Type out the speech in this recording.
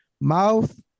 mouth